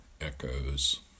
Echoes